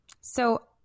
So-